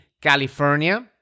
California